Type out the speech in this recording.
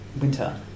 winter